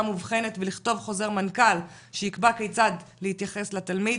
מובחנת ולכתוב חוזר מנכ"ל שייקבע כיצד להתייחס לתלמיד,